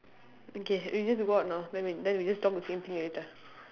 okay we just go out now then we then we just talk the same thing later